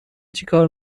چیکار